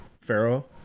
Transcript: Pharaoh